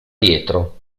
dietro